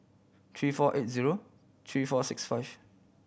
three four eight zero three four six five